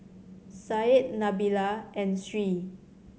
Said Nabila and Sri